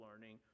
learning